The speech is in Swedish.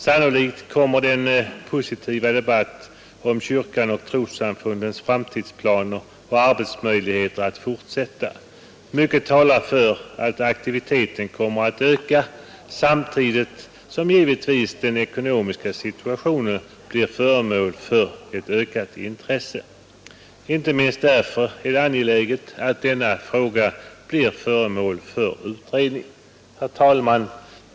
Sannolikt kommer denna positiva debatt om kyrkans och trossamfundens framtidsplaner och arbetsmöjligheter att fortsätta. Mycket talar för att aktiviteten kommer att öka, samtidigt som givetvis den ekonomiska situationen blir föremål för ökat intresse. Inte minst därför är det angeläget att denna fråga blir föremål för utredning. Herr talman!